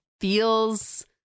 feels